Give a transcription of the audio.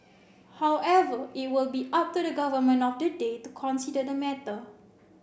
however it will be up to the government of the day to consider the matter